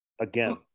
again